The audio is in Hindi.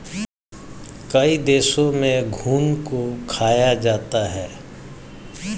कई देशों में घुन को खाया जाता है